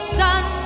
sun